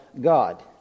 God